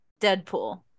Deadpool